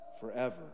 forever